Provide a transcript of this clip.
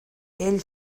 ell